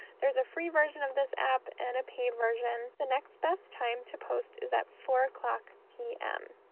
there's a free version of this app and a paid version. the next best time to post is at four o'clock p m,